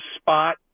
spot